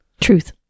Truth